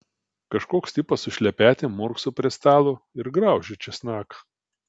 kažkoks tipas su šlepetėm murkso prie stalo ir graužia česnaką